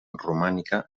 romànica